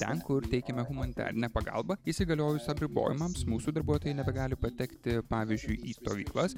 ten kur teikiame humanitarinę pagalbą įsigaliojus apribojimams mūsų darbuotojai nebegali patekti pavyzdžiui į stovyklas